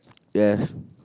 yes